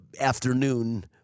afternoon